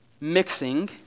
mixing